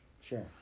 Sure